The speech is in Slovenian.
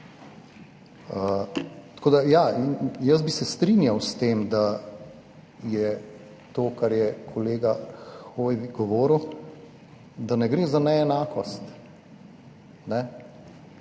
zniža. Jaz bi se strinjal s tem, da je to, kar je kolega Hoivik govoril, da ne gre za neenakost,